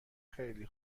خیلی